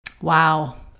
Wow